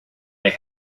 they